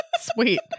Sweet